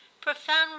profound